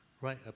right